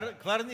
היא כבר נסגרה.